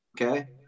Okay